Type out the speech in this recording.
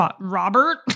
Robert